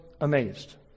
amazed